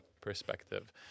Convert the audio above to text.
perspective